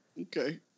okay